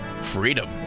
freedom